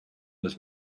was